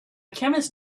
chemist